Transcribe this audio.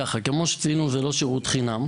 כמו שכבר ציינו כאן, זה לא שירות חינם.